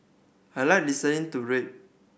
I like listening to rape